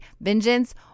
Vengeance